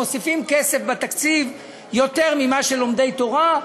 מוסיפים כסף בתקציב יותר ממה שללומדי תורה,